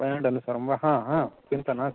वैण्डल् चिन्ता नास्ति